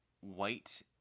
white